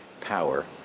power